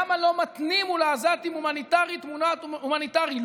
למה לא מתנים מול העזתים הומניטרי תמורת הומניטרי?